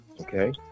okay